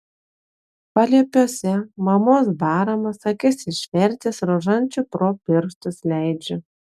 paliepiuose mamos baramas akis išvertęs rožančių pro pirštus leidžiu